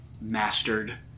mastered